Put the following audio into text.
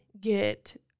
get